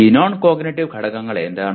ഈ non cognitive ഘടകങ്ങൾ ഏതാണ്